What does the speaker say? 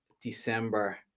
December